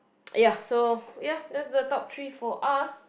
ya so ya that's the top three for us